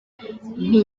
nti